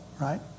right